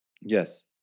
Yes